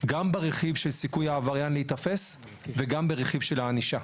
גם ברכיב של סיכוי העבריין להיתפס וגם ברכיב של הענישה.